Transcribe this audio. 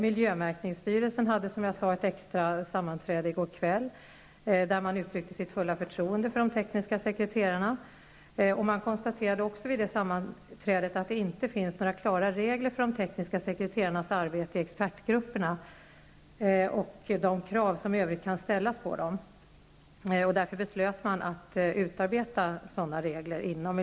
Miljömärkningsstyrelsen hade, som jag sade, ett extra sammanträde i går kväll, där man uttryckte sitt fulla förtroende för de tekniska sekreterarna. På detta sammanträde konstaterade man även att det inte finns några klara regler för de tekniska sekreterarnas arbete i expertgrupperna och för de krav som i övrigt kan ställas på dem. Därför beslöt styrelsen att utarbeta sådana regler.